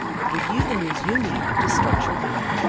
we'll give you the news you need to start your weekend